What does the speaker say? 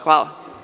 Hvala.